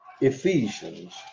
Ephesians